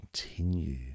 continue